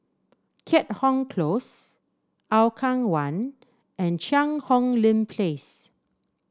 Keat Hong Close Hougang One and Cheang Hong Lim Place